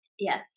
Yes